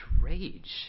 rage